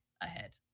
ahead